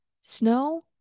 snow